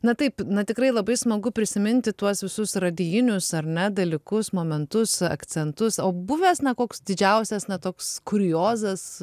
na taip na tikrai labai smagu prisiminti tuos visus radijinius ar ne dalykus momentus akcentus o buvęs na koks didžiausias na toks kuriozas